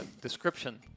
description